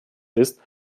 ist